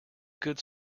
good